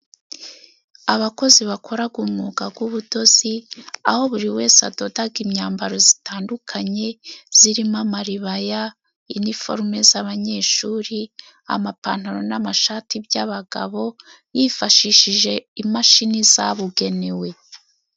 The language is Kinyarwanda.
Abakozi bakoraga umwuga gw'ubudozi, aho buri wese adodaga imyambaro zitandukanye zirimo amaribaya, iniforume z'abanyeshuri, amapantaro n'amashati by'abagabo, bifashishije imashini zabugenewe.